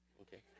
okay